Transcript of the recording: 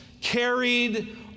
carried